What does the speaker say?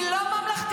היא לא ממלכתית,